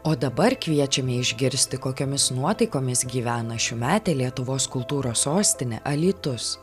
o dabar kviečiame išgirsti kokiomis nuotaikomis gyvena šiųmetė lietuvos kultūros sostinė alytus